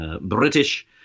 British